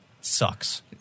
Sucks